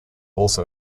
also